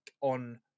on